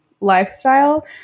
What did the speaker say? lifestyle